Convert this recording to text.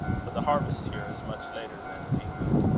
for the harvest here is much later than in england.